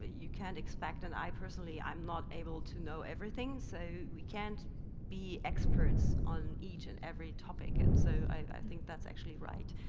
you can't expect, and i personally, i'm not able to know everything. so we can't be experts on each and every topic and so i think that's actually right.